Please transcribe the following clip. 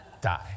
die